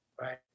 right